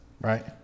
right